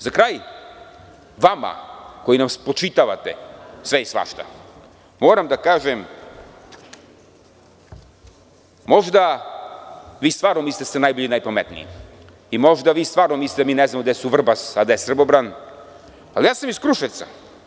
Za kraj, vama koji nam spočitavate sve i svašta, moram da kažem, možda vi stvarno mislite da ste najbolji i najpametniji, i možda vi stvarno mislite da mi ne znamo gde su Vrbas, a gde Srbobran, ali ja sam iz Kruševca.